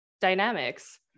dynamics